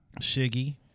shiggy